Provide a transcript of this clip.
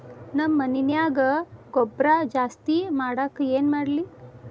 ನಮ್ಮ ಮಣ್ಣಿನ್ಯಾಗ ಗೊಬ್ರಾ ಜಾಸ್ತಿ ಮಾಡಾಕ ಏನ್ ಮಾಡ್ಲಿ?